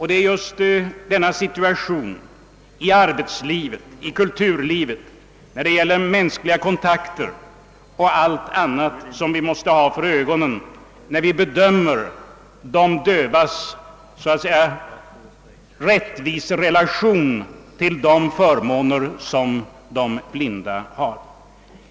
Det är just deras situation i arbetslivet, kulturlivet och när det gäller vanliga mänskliga kontakter, som vi måste ha för ögonen när vi så att säga skall bedöma det rättvisa i de dövas förmåner i relation till de förmåner som blinda har.